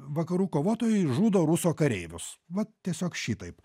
vakarų kovotojai žudo ruso kareivius vat tiesiog šitaip